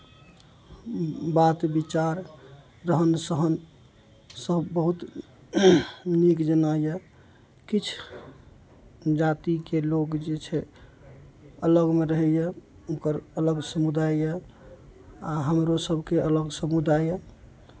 बात विचार रहन सहन सभ बहुत नीक जेना यए किछु जातिके लोक जे छै अलगमे रहैए ओकर अलग समुदाय यए आ हमरो सभके अलग समुदाय यए